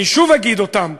אני שוב אגיד אותן,